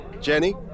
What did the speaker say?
Jenny